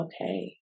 okay